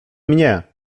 mnie